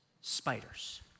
spiders